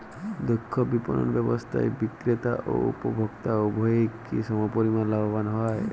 দক্ষ বিপণন ব্যবস্থায় বিক্রেতা ও উপভোক্ত উভয়ই কি সমপরিমাণ লাভবান হয়?